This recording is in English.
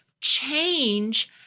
change